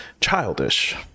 childish